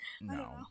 No